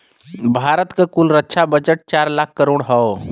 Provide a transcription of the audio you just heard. भारत क कुल रक्षा बजट चार लाख करोड़ हौ